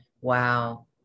wow